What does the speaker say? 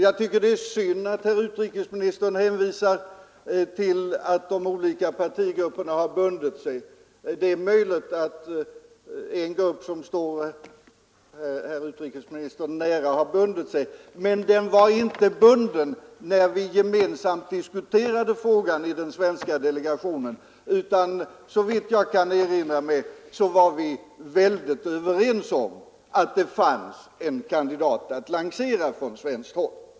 Jag tycker att det är synd att utrikesministern hänvisar till att de olika partigrupperna bundit sig. Det är möjligt att en grupp som står utrikesministern nära bundit sig, men den var inte bunden när vi gemensamt diskuterade frågan i den svenska delegationen, utan såvitt jag kan erinra mig var vi mycket överens om att det fanns en kandidat att lansera från svenskt håll.